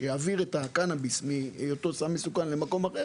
שיעביר את הקנביס מהיותו סם מסוכן למקום אחר